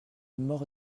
mort